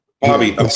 bobby